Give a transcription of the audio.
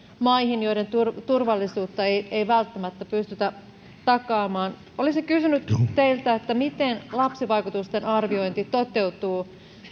maihin joiden turvallisuutta ei ei välttämättä pystytä takaamaan olisin kysynyt teiltä miten lapsivaikutusten arviointi toteutuu